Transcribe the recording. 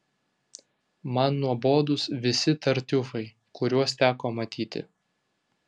man nuobodūs visi tartiufai kuriuos teko matyti